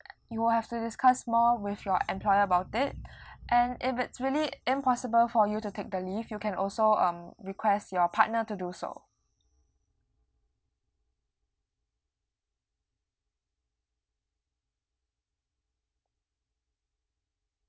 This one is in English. you will have to discuss more with your employer about it and if it's really impossible for you to take the leave you can also um request your partner to do so